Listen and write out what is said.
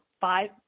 five